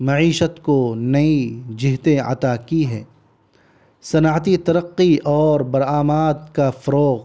معیشت کو نئی جہتیں عطا کی ہیں صنعتی ترقی اور برآماد کا فروغ